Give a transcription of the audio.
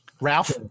Ralph